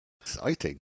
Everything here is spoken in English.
Exciting